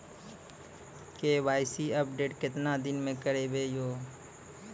KYC update केतना दिन मे करेबे यो?